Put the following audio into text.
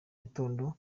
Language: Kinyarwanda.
gitondo